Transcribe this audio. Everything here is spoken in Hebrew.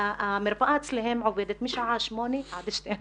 שהמרפאה אצלם עובדת משעה 8:00 עד 12:00,